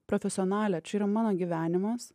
profesionalė čia yra mano gyvenimas